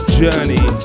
journey